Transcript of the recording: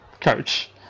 coach